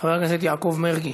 חבר הכנסת יעקב מרגי,